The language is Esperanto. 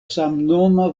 samnoma